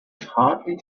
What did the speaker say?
hardly